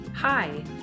Hi